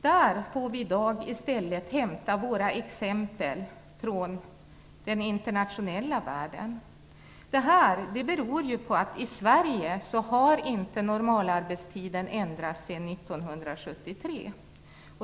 Vi får i dag i stället hämta våra exempel från den internationella världen. Det beror på att normalarbetstiden inte har ändrats i Sverige sedan 1973.